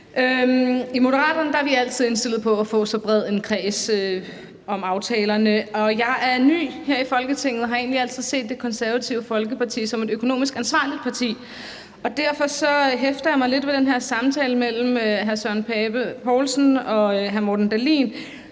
I Moderaterne er vi altid indstillet på at få så bred en kreds om aftalerne som muligt. Jeg er ny her i Folketinget og har egentlig altid set Det Konservative Folkeparti som et økonomisk ansvarligt parti. Derfor hæfter jeg mig lidt ved den her samtale mellem hr. Søren Pape Poulsen og hr. Morten Dahlin,